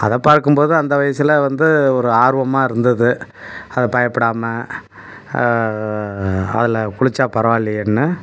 அதை பார்க்கும் போது அந்த வயசில் வந்து ஒரு ஆர்வமாக இருந்தது அதை பயப்படாமல் அதில் குளித்தா பரவாயில்லையேன்னு